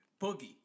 Boogie